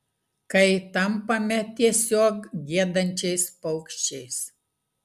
kai tampame tiesiog giedančiais paukščiais